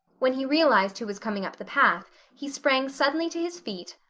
when he realized who was coming up the path he sprang suddenly to his feet,